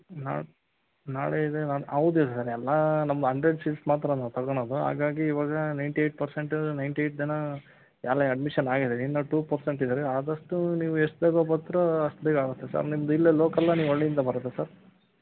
ನಾ ನಾಳೆ ಇದೆ ಹೌದು ಸರ್ ಎಲ್ಲ ನಮ್ಮ ಹಂಡ್ರೆಡ್ ಸೀಟ್ಸ್ ಮಾತ್ರ ನಾವು ತಗೋಳೋದು ಹಾಗಾಗಿ ಈವಾಗ ninety eight percent ninety eight ಜನ ಆಗಲೇ ಅಡ್ಮಿಷನ್ ಆಗಿದ್ದಾರೆ ಇನ್ನು ಟೂ ಪರ್ಸೆಂಟ್ ಇದ್ದಾರೆ ಆದಷ್ಟು ನೀವು ಎಷ್ಟು ಬೇಗ ಬರ್ತೀರೋ ಅಷ್ಟು ಬೇಗ ಆಗುತ್ತೆ ಸರ್ ನಿಮ್ಮದು ಇಲ್ಲೇ ಲೋಕಲ್ಲ ನೀವು ಹಳ್ಳಿಯಿಂದ ಬರೋದಾ ಸರ್